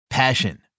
Passion